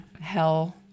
hell